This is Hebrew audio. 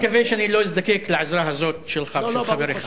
אני מקווה שאני לא אזדקק לעזרה הזאת שלך ושל חבריך.